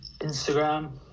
Instagram